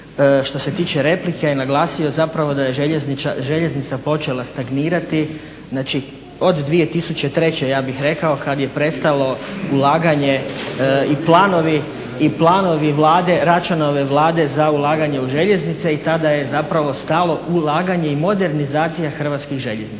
što se tiče replike naglasio je zapravo da je željeznica počela stagnirati, znači od 2003., ja bih rekao, kada je prestalo ulaganje i planovi Vlade, Račanove Vlade za ulaganje u željeznice i tada je zapravo stalo ulaganje i modernizacija hrvatskih željeznica.